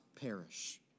perish